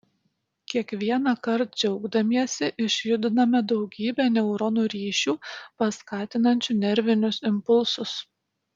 kiekvienąkart džiaugdamiesi išjudiname daugybę neuronų ryšių paskatinančių nervinius impulsus